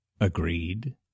Agreed